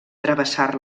travessar